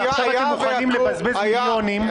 עכשיו אתם מוכנים לבזבז מיליונים,